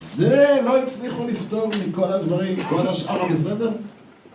זה, לא הצליחו לפתור מכל הדברים, כל השאר, בסדר?